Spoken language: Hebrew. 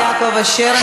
חבר הכנסת יעקב אשר,